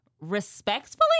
respectfully